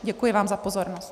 Děkuji vám za pozornost.